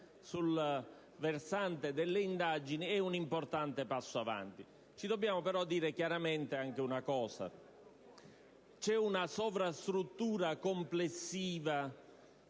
sul versante delle indagini è un importante passo avanti. Ci dobbiamo però dire chiaramente una cosa. C'è una sovrastruttura complessiva